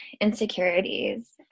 insecurities